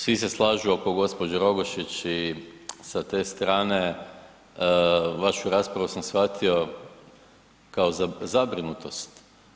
Svi se slažu oko g. Rogošić i sa te strane vašu raspravu sam shvatio kao zabrinutost.